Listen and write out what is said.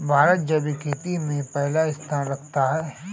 भारत जैविक खेती में पहला स्थान रखता है